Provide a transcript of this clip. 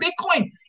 Bitcoin